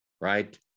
right